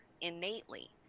innately